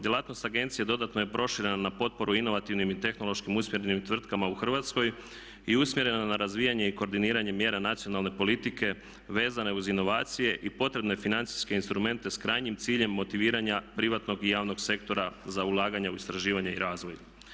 Djelatnost agencije dodatno je proširena na potporu inovativnim i tehnološki usmjerenim tvrtkama u Hrvatskoj i usmjerena na razvijanje i koordiniranje mjera nacionalne politike vezane uz inovacije i potrebne financijske instrumente s krajnjim ciljem motiviranja privatnog i javnog sektora za ulaganja u istraživanja i razvoj.